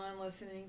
listening